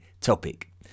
topic